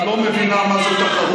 את לא מבינה מה זה תחרות.